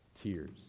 tears